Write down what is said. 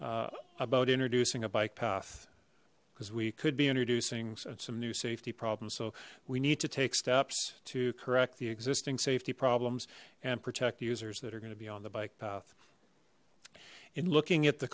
about introducing a bike path because we could be introducing some new safety problems so we need to take steps to correct the existing safety problems and protect users that are going to be on the bike path in looking at the